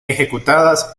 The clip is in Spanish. ejecutadas